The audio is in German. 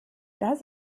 das